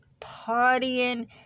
partying